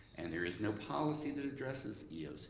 and there is no policy that addresses eoc.